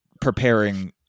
preparing